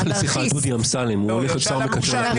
חנוך שאל.